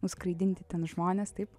nuskraidinti ten žmonės taip